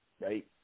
right